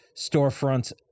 storefronts